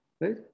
right